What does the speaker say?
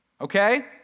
Okay